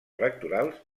electorals